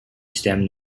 stem